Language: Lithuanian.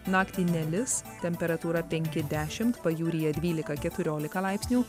naktį nelis temperatūra penki dešimt pajūryje dvylika keturiolika laipsnių